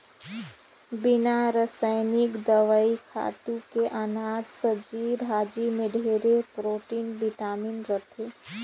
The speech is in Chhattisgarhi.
बिना रसइनिक दवई, खातू के अनाज, सब्जी भाजी में ढेरे प्रोटिन, बिटामिन रहथे